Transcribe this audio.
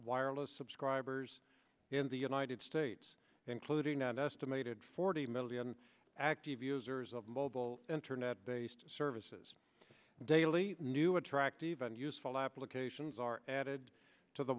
wireless subscribers in the united states including an estimated forty million active users of mobile internet based services daily new attractive and useful applications are added to the